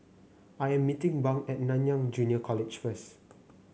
I am meeting Bunk at Nanyang Junior College first